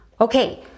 Okay